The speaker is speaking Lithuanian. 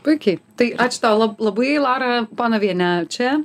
puikiai tai ačiū tau lab labai laura panovienė čia